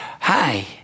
hi